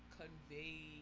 convey